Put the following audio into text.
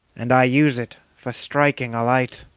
and i use it for striking a light